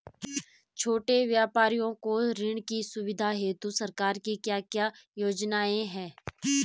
छोटे व्यापारियों को ऋण की सुविधा हेतु सरकार की क्या क्या योजनाएँ हैं?